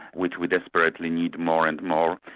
which we desperately need more and more,